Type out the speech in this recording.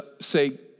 say